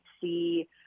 see